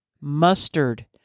Mustard